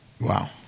Wow